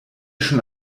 schon